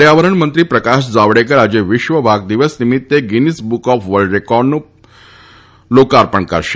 પર્યાવરણ મંત્રી પ્રકાશ જાવડેકર આજે વિશ્વ વાઘ દિવસ નિમિત્તે Guinness book of world record પુસ્તકનું લોકાર્પણ કરશે